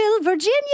Virginia